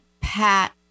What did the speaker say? Pat